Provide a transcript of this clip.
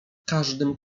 każdym